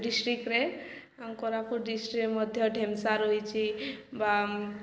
ଡିଷ୍ଟ୍ରିକଟ୍ରେ କୋରାପୁଟ ଡିଷ୍ଟ୍ରିକଟ୍ରେ ମଧ୍ୟ ଢେମସା ରହିଛି ବା